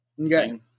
Okay